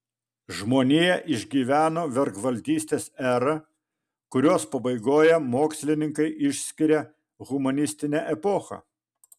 žmonija išgyveno vergvaldystės erą kurios pabaigoje mokslininkai išskiria humanistinę epochą